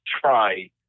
try